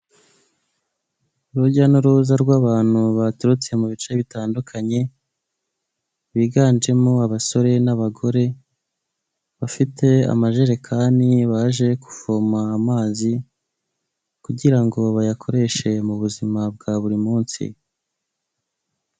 Urujya n'uruza rw'abantu baturutse mu bice bitandukanye, biganjemo abasore n'abagore bafite amajerekani, baje kuvoma amazi kugirango bayakoreshe mu buzima bwa buri munsi.